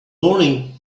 morning